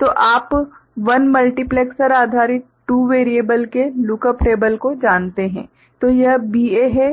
तो आप 1 मल्टीप्लेक्सर आधारित 2 वेरिएबल के लुकअप टेबल को जानते हैं तो यह BA है